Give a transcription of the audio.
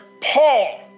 Paul